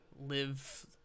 live